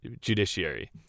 judiciary